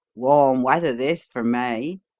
warm weather, this, for may.